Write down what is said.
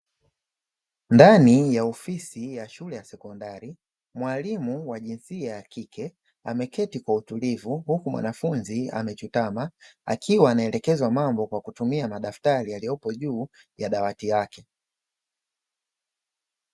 Ndani ya ofisi ya shule ya sekondari, mwalimu wa jinsia ya kike, ameketi kwa utulivu huku mwanafunzi amechutama, akiwa anaelekezwa mambo kwa kutumia madaftari yaliyo juu ya dawati lake.